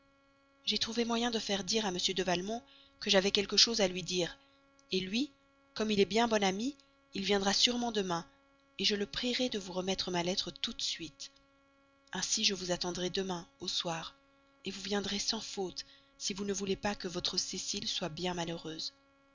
j'ai trouvé moyen de faire dire à m de valmont que j'avais quelque chose à lui dire lui comme il est bien bon ami il viendra sûrement demain je le prierai de vous remettre ma lettre tout de suite ainsi je vous attendrai demain au soir vous viendrez sans faute si vous ne voulez pas que votre cécile soit bien malheureuse